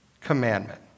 commandment